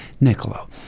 Niccolo